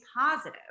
positive